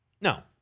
No